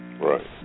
right